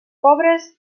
pobres